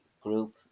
group